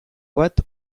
bat